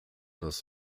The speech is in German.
das